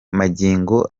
magingo